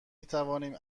میتوانیم